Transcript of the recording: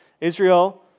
Israel